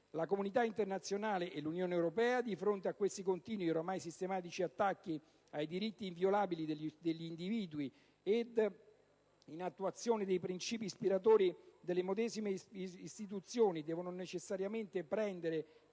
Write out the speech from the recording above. La comunità internazionale e l'Unione europea, di fronte a questi continui e ormai sistematici attacchi ai diritti inviolabili degli individui ed in attuazione dei principi ispiratori delle medesime istituzioni, devono necessariamente prendere